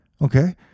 Okay